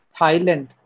Thailand